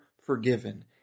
forgiven